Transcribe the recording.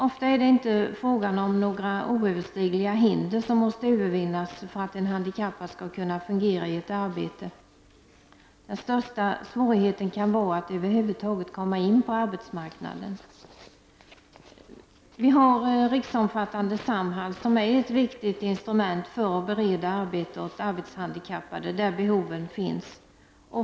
Ofta är det inte fråga om några oöverstigliga hinder som måste övervinnas för att en handikappad skall kunna fungera i ett arbete — den största svårigheten kan vara att över huvud taget komma in på arbetsmarknaden. Riksomfattande Samhall är ett viktigt instrument för att bereda arbete åt arbetshandikappade där behoven finns.